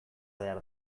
behar